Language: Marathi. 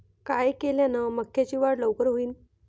काय केल्यान मक्याची वाढ लवकर होईन?